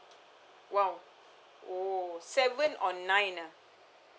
!wow! oh seven or nine ah